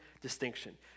distinction